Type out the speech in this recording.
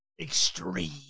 extreme